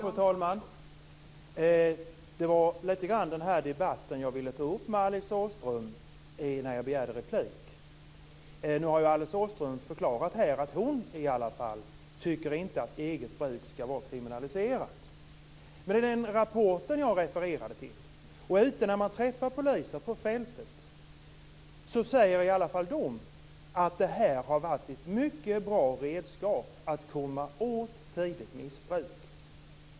Fru talman! Det var den här debatten som jag ville ta upp med Alice Åström. Nu har Alice Åström förklarat att i alla fall hon inte tycker att eget bruk skall vara kriminaliserat. Enligt den rapport som jag refererade till och enligt poliser som man träffar på fältet har detta varit ett mycket bra redskap för att komma åt tidigt missbruk.